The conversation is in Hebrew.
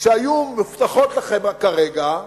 שהיו מובטחות לכם כרגע,